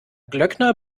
glöckner